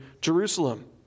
Jerusalem